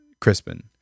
crispin